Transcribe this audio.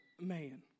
man